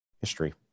history